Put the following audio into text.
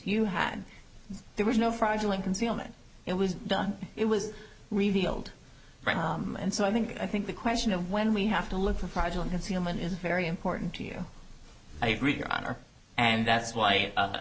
you had there was no fraudulent concealment it was done it was revealed and so i think i think the question of when we have to look for fragile concealment is very important to you i agree your honor and that's why